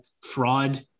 fraud